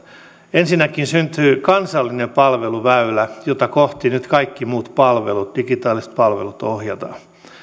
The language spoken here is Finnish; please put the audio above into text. ensinnäkin syntyy kansallinen palveluväylä jota kohti nyt kaikki muut digitaaliset palvelut ohjataan